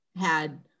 had-